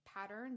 pattern